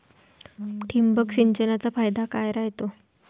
ठिबक सिंचनचा फायदा काय राह्यतो?